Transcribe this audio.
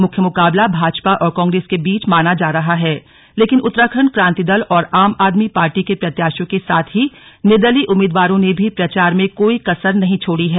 मुख्य मुकाबला भाजपा और कांग्रेस के बीच माना जा रहा है लेकिन उत्तराखंड क्रांति दल और आम आदमी पार्टी के प्रत्याशियों के साथ ही निर्दलीय उम्मीदवारों ने भी प्रचार में कोई कसर नहीं छोड़ी है